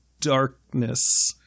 darkness